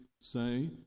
say